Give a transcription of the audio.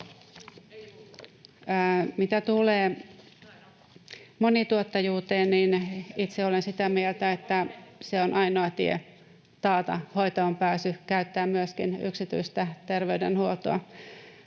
Mitä tulee monituottajuuteen, niin itse olen sitä mieltä, että se on ainoa tie taata hoitoonpääsy: käyttää myöskin yksityistä terveydenhuoltoa.